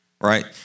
right